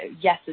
yes